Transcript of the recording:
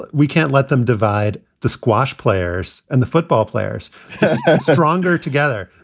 we can't let them divide the squash players and the football players stronger together.